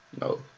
No